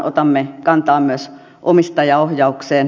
otamme kantaa myös omistajaohjaukseen